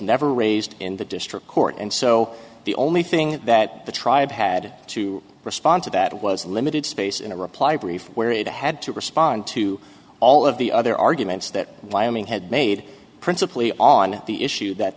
never raised in the district court and so the only thing that the tribe had to respond to that was a limited space in a reply brief where it had to respond to all of the other arguments that wyoming had made principally on the issue that